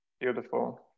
Beautiful